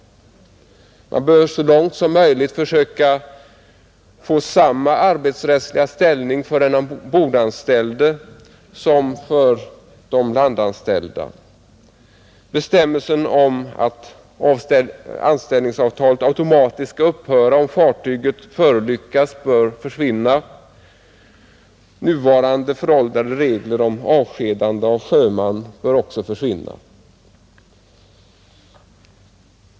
Man bör så långt som möjligt försöka ge de ombordanställda samma arbetsrättsliga ställning som de landanställda. Bestämmelsen att anställningsavtalet automatiskt skall upphöra om fartyget förolyckas bör försvinna, Nuvarande föråldrade regler om avskedande av sjöman bör också försvinna.